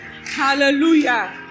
Hallelujah